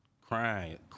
crying